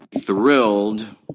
Thrilled